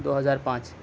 دو ہزار پانچ